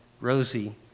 Rosie